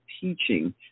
teaching